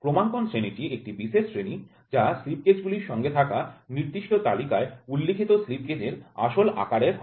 ক্রমাঙ্কন শ্রেণীটি একটি বিশেষ শ্রেণী যা স্লিপ গেজে গুলির সঙ্গে থাকা নির্দিষ্ট তালিকায় উল্লিখিত স্লিপগেজ এর আসল আকারের হয়